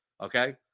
Okay